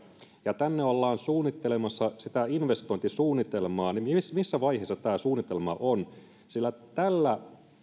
ja tänne ollaan suunnittelemassa sitä investointisuunnitelmaa niin missä vaiheessa tämä suunnitelma on tällä